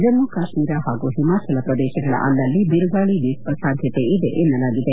ಜಮ್ಮ ಕಾತ್ಮೀರ ಹಾಗೂ ಹಿಮಾಚಲ ಪ್ರದೇಶಗಳ ಅಲ್ಲಲ್ಲಿ ಬಿರುಗಾಳಿ ಬೀಸುವ ಸಾಧ್ಣತೆ ಇದೆ ಎನ್ನಲಾಗಿದೆ